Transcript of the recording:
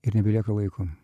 ir nebelieka laiko